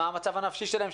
מה המצב הנפשי שלהם,